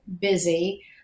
busy